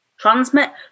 transmit